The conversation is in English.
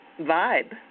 vibe